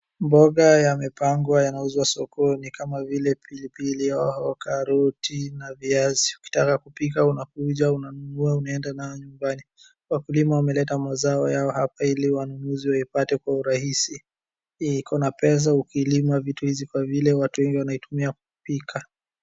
Mboga yamepangwa yanauzwa sokoni kama vile pilipili hoho, karoti na viazi. Ukitaka kupika, unakuja unanunua unaeda nayo nyumbani. Wakulima wameleta mazao yao hapa ili wanunuzi waipate kwa urahisi. Hii ikona pesa ukilima vitu hizi kwa vile watu wengi wanaitumia kupika.